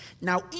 Now